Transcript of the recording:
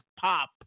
pop